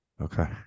Okay